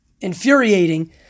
infuriating